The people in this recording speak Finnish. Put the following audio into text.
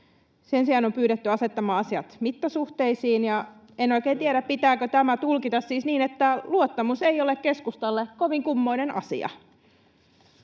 Sen sijaan on pyydetty asettamaan asiat mittasuhteisiin, ja en oikein tiedä, pitääkö tämä tulkita siis niin, että luottamus ei ole keskustalle kovin kummoinen asia.